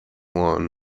lawn